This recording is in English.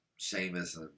Seamus